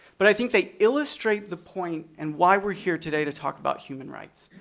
but i think they illustrate the point and why we're here today to talk about human rights.